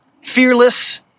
fearless